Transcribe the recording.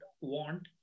want